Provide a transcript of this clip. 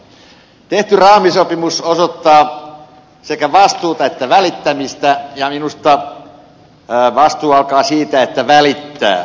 tehty raamisopimus osoittaa sekä vastuuta että välittämistä ja minusta vastuu alkaa siitä että välittää